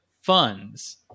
funds